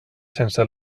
sense